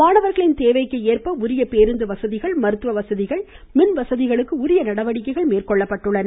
மாணவர்களின் தேவைக்கேற்ப உரிய பேருந்து வசதிகள் மருத்துவ வசதிகள் மின்வசதிகளுக்கு உரிய நடவடிக்கைள் மேற்கொள்ளப்பட்டுள்ளன